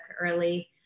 early